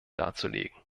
darzulegen